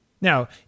now